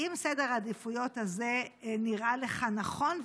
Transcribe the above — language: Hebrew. האם סדר העדיפויות הזה נראה לך נכון,